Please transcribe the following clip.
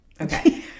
Okay